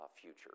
future